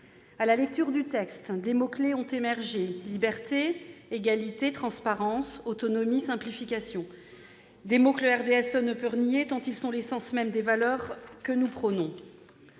À la lecture du texte, des mots clefs ont émergé : liberté, égalité, transparence, autonomie, simplification. Des mots que le RDSE ne peut renier tant ils sont l'essence même des valeurs que nous prônons.